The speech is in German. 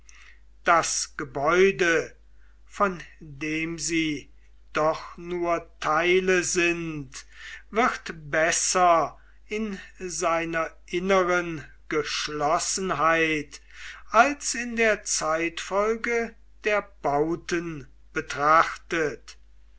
das gebäude von dem sie doch nur teile sind wird besser in seiner inneren geschlossenheit als in der zeitfolge der bauten betrachtet